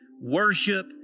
worship